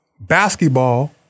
basketball